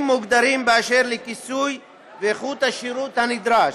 מוגדרים בכל הקשור לכיסוי ואיכות השירות הנדרש.